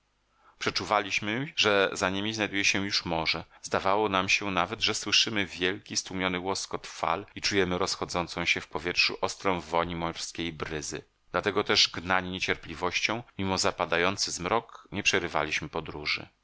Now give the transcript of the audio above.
piaszczystych przeczuwaliśmy że za niemi znajduje się już morze zdawało nam się nawet że słyszymy wielki stłumiony łoskot fal i czujemy rozchodzącą się w powietrzu ostrą woń morskiej wody dlatego też gnani niecierpliwością mimo zapadający zmrok nie przerywaliśmy podróży